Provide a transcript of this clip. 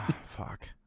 Fuck